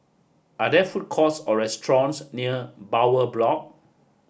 are there food courts or restaurants near Bowyer Block